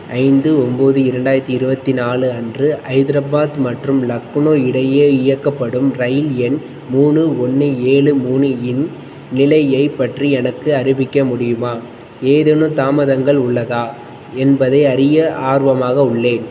ஐந்து ஒம்போது இரண்டாயிரத்தி இருபத்தி நாலு அன்று ஹைதராபாத் மற்றும் லக்னோ இடையே இயக்கப்படும் இரயில் எண் மூணு ஒன்று ஏழு மூணு இன் நிலையைப் பற்றி எனக்கு அறிவிக்க முடியுமா ஏதேனும் தாமதங்கள் உள்ளதா என்பதை அறிய ஆர்வமாக உள்ளேன்